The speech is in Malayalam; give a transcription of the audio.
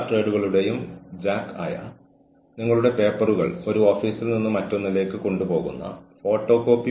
ഓർഗനൈസേഷൻ നിങ്ങളോട് പെരുമാറിയ വിധത്തിൽ ഞാൻ ഖേദിക്കുന്നു എന്ന് പറയരുത്